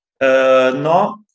No